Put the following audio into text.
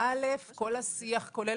כל השיח, כולל